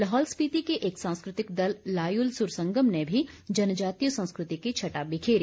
लाहौल स्पिति के एक सांस्कृतिक दल लायुल सुर संगम ने भी जनजातीय संस्कृति की छटा बिखेरी